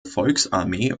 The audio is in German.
volksarmee